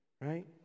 Right